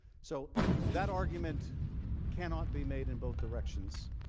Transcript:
so that argument cannot be made in both directions.